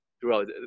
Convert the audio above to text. throughout